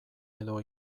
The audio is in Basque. edo